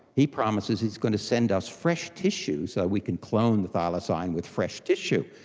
he promises he's going to send us fresh tissue so we can clone the thylacine with fresh tissue.